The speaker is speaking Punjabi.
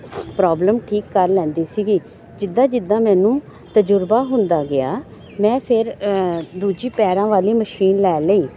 ਪ੍ਰੋਬਲਮ ਠੀਕ ਕਰ ਲੈਂਦੀ ਸੀਗੀ ਜਿੱਦਾਂ ਜਿੱਦਾਂ ਮੈਨੂੰ ਤਜੁਰਬਾ ਹੁੰਦਾ ਗਿਆ ਮੈਂ ਫਿਰ ਦੂਜੀ ਪੈਰਾਂ ਵਾਲੀ ਮਸ਼ੀਨ ਲੈ ਲਈ